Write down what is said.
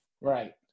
Right